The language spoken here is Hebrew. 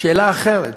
שאלה אחרת,